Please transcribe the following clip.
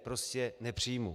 Prostě nepřijmu.